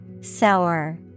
Sour